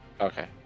okay